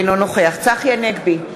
אינו נוכח צחי הנגבי,